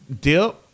dip